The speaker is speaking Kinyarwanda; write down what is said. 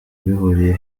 bihuriye